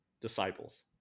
disciples